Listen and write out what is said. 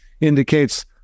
indicates